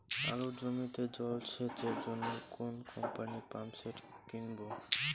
আলুর জমিতে জল সেচের জন্য কোন কোম্পানির পাম্পসেট কিনব?